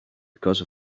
because